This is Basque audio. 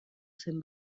zen